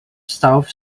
south